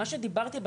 מה שדיברתי עליו,